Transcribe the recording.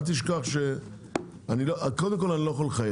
אל תשכח שקודם כול אני לא יכול לחייב.